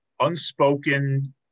unspoken